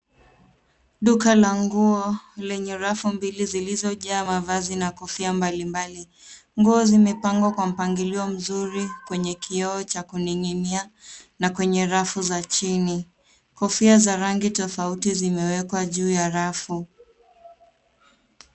Duka la nguo lenye rafu mbili zilizojaa mavazi na kofia mbali mbali. Nguo zimepangwa kwa mpangilio mzuri kwenye kioo cha kuning'inia, na kwenye rafu za chini. Kofia za rangi tofauti zimewekwa juu ya rafu.